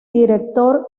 director